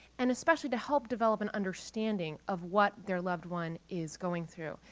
and especially to help develop an understanding of what their loved one is going through.